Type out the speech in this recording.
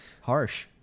Harsh